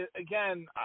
Again